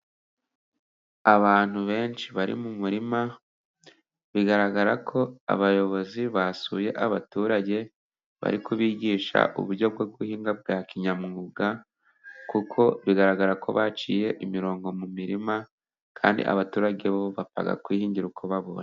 Abantu benshi bari mu murima, bigaragara ko abayobozi basuye abaturage bari kubigisha uburyo bwo guhinga bwa kinyamwuga, kuko bigaragara ko baciye imirongo mu mirima, kandi abaturage bo bapfa kwihingira uko babonye.